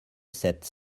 sept